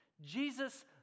Jesus